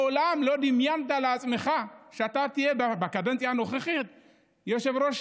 מעולם לא דמיינת לעצמך שאתה תהיה בקדנציה הנוכחית יושב-ראש